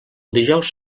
dijous